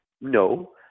No